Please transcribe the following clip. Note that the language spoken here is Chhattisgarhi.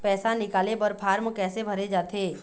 पैसा निकाले बर फार्म कैसे भरे जाथे?